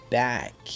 back